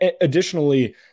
additionally